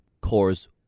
core's